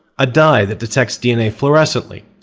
a dye that detects dna fluorescently,